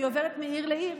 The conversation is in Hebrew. אם היא עוברת מעיר לעיר,